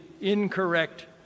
incorrect